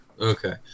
Okay